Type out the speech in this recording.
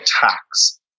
tax